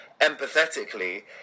empathetically